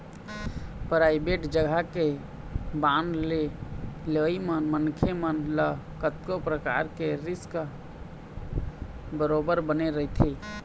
private जघा के bond के लेवई म मनखे मन ल कतको परकार के रिस्क बरोबर बने रहिथे